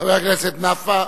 חבר הכנסת נפאע.